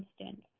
instance